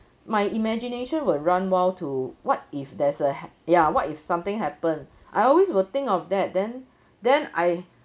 my imagination will run wild to what if there's a h~ ya what if something happen I always will think of that then then I